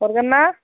हरगोनना